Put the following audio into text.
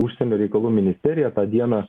užsienio reikalų ministerija tą dieną